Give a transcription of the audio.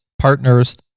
partners